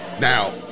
Now